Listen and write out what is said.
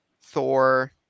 Thor